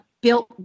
built